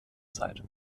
zeit